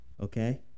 Okay